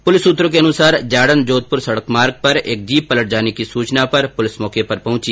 police सूत्रों के अनुसार जाडन जोधपुर सडक मार्ग पर एक जीप पलट जाने की सूचना पर पुलिस मौके पर पहुंची